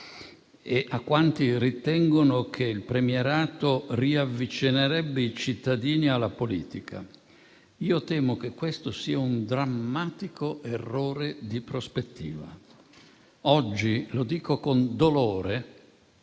e a quanti ritengono che il premierato riavvicinerebbe i cittadini alla politica. Io temo che questo sia un drammatico errore di prospettiva. Oggi - lo dico con dolore